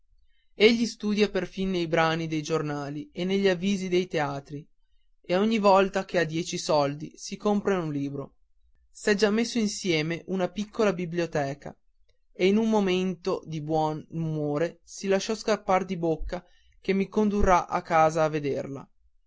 egli studia perfin nei brani di giornale e negli avvisi dei teatri e ogni volta che ha dieci soldi si compera un libro s'è già messo insieme una piccola biblioteca e in un momento di buon umore si lasciò scappar di bocca che mi condurrà a casa a vederla